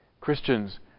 Christians